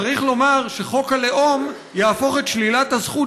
צריך לומר שחוק הלאום יהפוך את שלילת הזכות